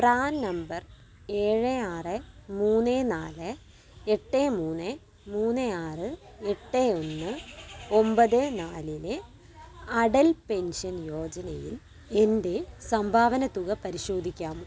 PRAN number ഏഴ് ആറ് മൂന്ന് നാല് എട്ട് മൂന്ന് മൂന്ന് ആറ് എട്ട് ഒന്ന് ഒമ്പത് നാലിലെ അടൽ പെൻഷൻ യോജനയിൽ എൻ്റെ സംഭാവന തുക പരിശോധിക്കാമോ